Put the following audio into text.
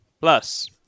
Plus